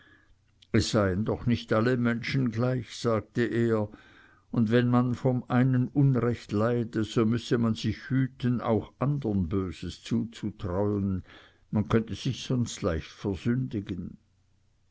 es seien doch nicht alle menschen gleich sagte er und wenn man von einem unrecht leide so müsse man sich hüten auch andern böses zuzutrauen man könnte sich sonst leicht versündigen